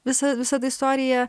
visa visa ta istorija